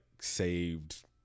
saved